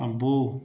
అబ్బో